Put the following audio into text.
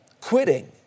quitting